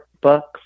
books